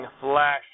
flash